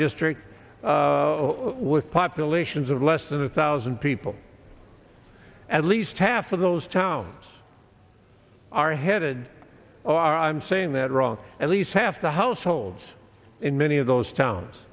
district with populations of less than a thousand people at least half of those towns are headed i'm saying that wrong at least half the households in many of those towns